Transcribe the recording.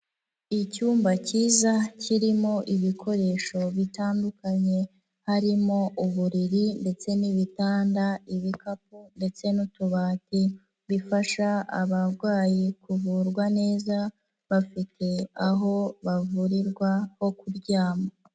Icyumba kiza kirimo ibikoresho bitandukanye, harimo uburiri ndetse n'ibitanda, ibikapu ndetse n'utubati, bifasha abarwayi kuvurwa neza, bafite aho bavurirwa ho kuryama.